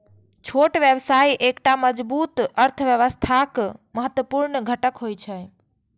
छोट व्यवसाय एकटा मजबूत अर्थव्यवस्थाक महत्वपूर्ण घटक होइ छै